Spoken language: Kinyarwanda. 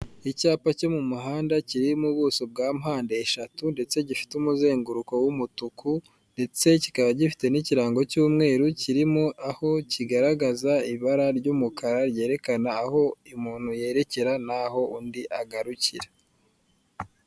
Icyapa cyamamaza inzoga ya AMSTEL, hariho icupa ry'AMSTEL ripfundikiye, hakaba hariho n'ikirahure cyasutswemo inzoga ya AMSTEL, munsi yaho hari imodoka ikindi kandi hejuru yaho cyangwa k'uruhande rwaho hari inzu. Ushobora kwibaza ngo AMSTEL ni iki? AMSTEL ni ubwoko bw'inzoga busembuye ikundwa n'abanyarwanada benshi, abantu benshi bakunda inzoga cyangwa banywa inzoga zisembuye, bakunda kwifatira AMSTEL.